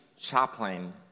chaplain